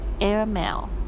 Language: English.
airmail